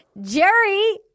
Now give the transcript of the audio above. Jerry